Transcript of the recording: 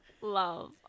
Love